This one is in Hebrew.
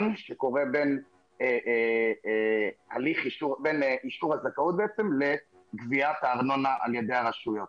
שקורה בין אישור הזכאות לגביית הארנונה על ידי הרשויות.